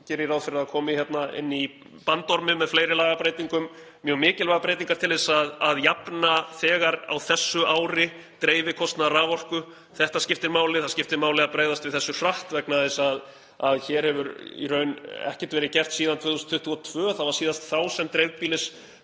fyrir að það komi hér inn í bandormi með fleiri lagabreytingum mjög mikilvægar breytingar til að jafna þegar á þessu ári dreifikostnað raforku. Þetta skiptir máli. Það skiptir máli að bregðast hratt við þessu vegna þess að að hér hefur í raun ekkert verið gert síðan 2022, það var síðast þá sem dreifbýlisframlagið